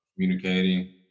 communicating